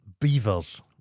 Beavers